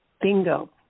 bingo